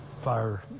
fire